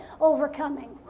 overcoming